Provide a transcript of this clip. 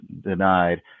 denied